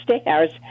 stairs